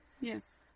Yes